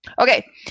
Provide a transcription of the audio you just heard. okay